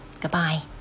Goodbye